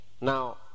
Now